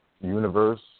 Universe